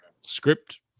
script